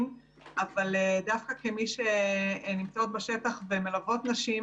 אבל דווקא כמי שנמצאות בשטח ומלוות נשים,